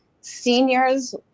seniors